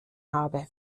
habe